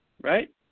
Right